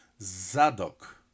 Zadok